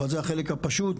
אבל זה החלק הפשוט,